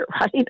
right